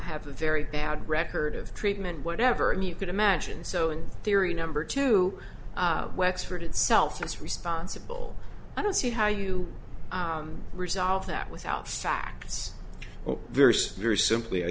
have a very bad record of treatment whatever and you could imagine so in theory number two wexford itself that's responsible i don't see how you resolve that without facts very very simply i